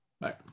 Bye